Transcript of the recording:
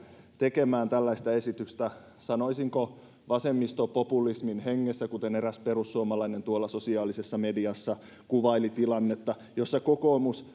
tekemään tällaista esitystä sanoisinko vasemmistopopulismin hengessä kuten eräs perussuomalainen tuolla sosiaalisessa mediassa kuvaili tilannetta jossa kokoomus